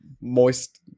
Moist